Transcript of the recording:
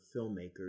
filmmakers